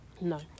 No